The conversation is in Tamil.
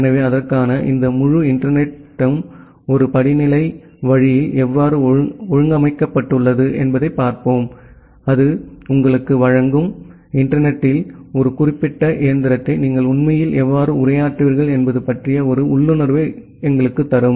எனவே அதற்காக இந்த முழு இன்டர்நெட் மும் ஒரு படிநிலை வழியில் எவ்வாறு ஒழுங்கமைக்கப்பட்டுள்ளது என்பதைப் பார்ப்போம் அது உங்களுக்கு வழங்கும் இன்டர்நெட் த்தில் ஒரு குறிப்பிட்ட இயந்திரத்தை நீங்கள் உண்மையில் எவ்வாறு உரையாற்றுவீர்கள் என்பது பற்றிய ஒரு உள்ளுணர்வை எங்களுக்குத் தரும்